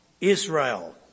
Israel